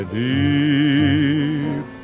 deep